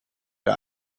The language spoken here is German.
der